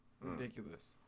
ridiculous